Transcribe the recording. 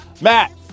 matt